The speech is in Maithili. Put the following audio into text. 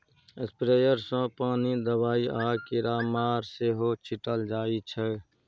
स्प्रेयर सँ पानि, दबाइ आ कीरामार सेहो छीटल जाइ छै